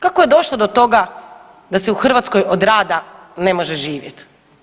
Kako je došlo do toga da se u Hrvatskoj od rada ne može živjeti?